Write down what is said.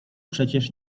przecież